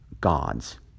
gods